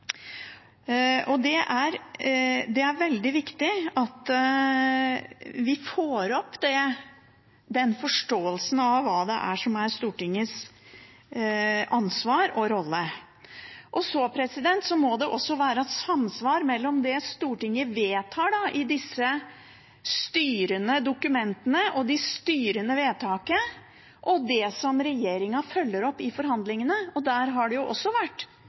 ikke at Stortinget har vært veldig bevisst på det ansvaret i sin helhet. Det er veldig viktig at vi får opp forståelsen av hva som er Stortingets ansvar og rolle. Det må også være samsvar mellom det Stortinget vedtar i disse styrende dokumentene, det styrende vedtaket, og det som regjeringen følger opp i forhandlingene. Der har det jo vært